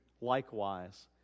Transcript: likewise